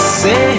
say